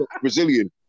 Brazilian